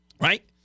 right